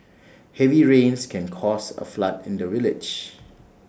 heavy rains can caused A flood in the village